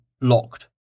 locked